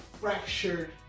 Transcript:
fractured